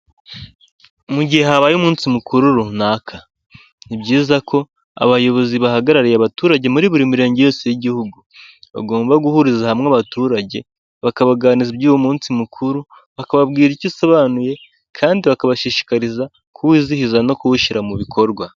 Mu gihe habaye umunsi mukuru runaka, ni byiza ko abayobozi bahagarariye abaturage muri buri mirenge yose y'igihugu, bagomba guhuriza hamwe abaturage bakabaganiriza iby'uwo munsi mukuru, bakababwira icyo usobanuye kandi bakabashishikariza kuwizihiza no kuwushyira mu bikorwa.